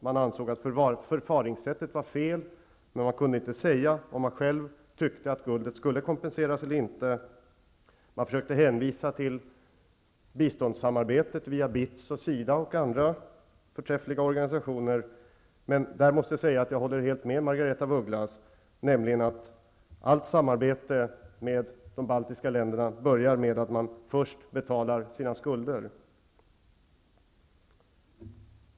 De ansåg att förfaringssättet var fel, men de kunde inte säga om de själva tyckte att guldet skulle kompenseras eller inte. De försökte hänvisa till biståndssamarbetet via BITS, SIDA och andra förträffliga organisationer. Där måste jag säga att jag helt håller med Margaretha af Ugglas om att allt samarbete med de baltiska länderna börjar med att vi först betalar våra skulder.